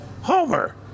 Homer